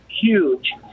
huge